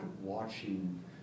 watching